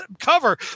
cover